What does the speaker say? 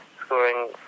scoring